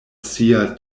sia